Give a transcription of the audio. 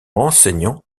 enseignant